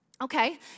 Okay